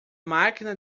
máquina